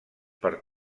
per